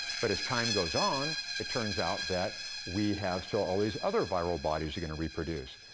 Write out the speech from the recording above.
but as time goes on, it turns out that we have still all these other viral bodies are gonna reproduce.